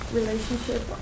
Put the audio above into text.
relationship